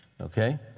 Okay